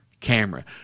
camera